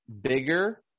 bigger